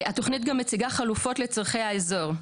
התכנית גם מציגה חלופות לצרכי האזור,